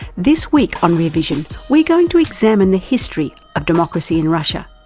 this week on rear vision we're going to examine the history of democracy in russia.